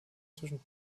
zwischen